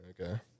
Okay